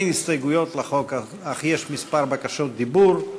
אין הסתייגויות לחוק אך יש כמה בקשות דיבור.